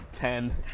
Ten